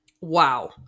Wow